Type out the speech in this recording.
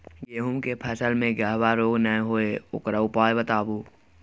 गेहूँ के फसल मे गबहा रोग नय होय ओकर उपाय बताबू?